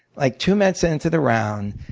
like two minutes into the round,